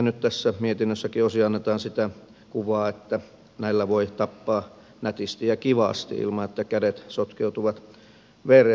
nyt tässä mietinnössäkin osin annetaan sitä kuvaa että näillä voi tappaa nätisti ja kivasti ilman että kädet sotkeutuvat vereen